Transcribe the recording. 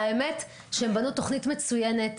והאמת שהם בנו תוכנית מצוינת,